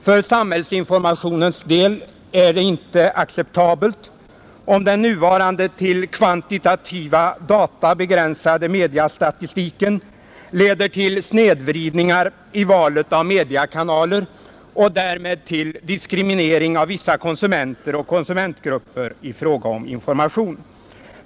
För samhällsinformationens del är det inte acceptabelt om den nuvarande till kvantitativa data begränsade mediastatistiken leder till snedvridningar i valet av mediakanaler och därmed till diskriminering av vissa konsumenter och konsumentgrupper i fråga om information.